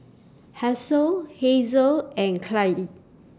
Hasel Hazle and Clydie